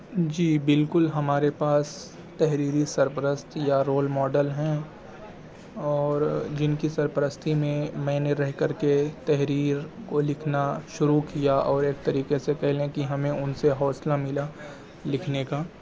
جی بالکل ہمارے پاس تحریری سرپرست یا رول ماڈل ہیں اور جن کی سرپرستی میں میں نے رہ کر کے تحریر کو لکھنا شروع کیا اور ایک طریقے سے کہہ لیں کہ ہمیں ان سے حوصلہ ملا لکھنے کا